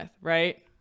right